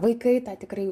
vaikai tą tikrai